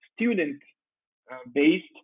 student-based